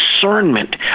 discernment